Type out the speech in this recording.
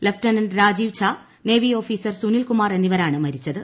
lieutenant Rajeev Jha navy officer Sunil Kumar എന്നിവരാണ് മരിച്ചത്